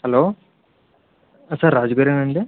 hello sir రాజుగారేనా అండీ